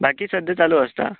बाकी सद्दां चालू आसता